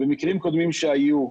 במקרים קודמים שהיו,